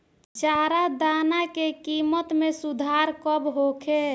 चारा दाना के किमत में सुधार कब होखे?